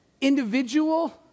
Individual